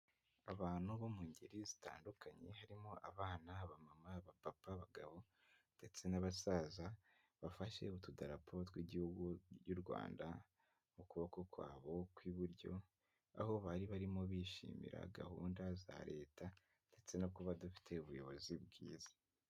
Abantu bo mu ngeri zitandukanye harimo abana, abamama, abapapa, abagabo ndetse n'abasaza bafashe utudarapo tw'Igihugu cy'u Rwanda mu kuboko kwabo kw'iburyo, aho bari barimo bishimira gahunda za Leta ndetse no kuba dufite ubuyobozi bwiza.